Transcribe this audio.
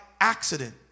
accident